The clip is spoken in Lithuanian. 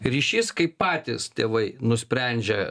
ryšys kai patys tėvai nusprendžia